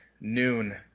noon